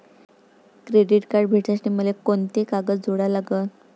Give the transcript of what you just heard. Credit card भेटासाठी मले कोंते कागद जोडा लागन?